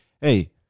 Hey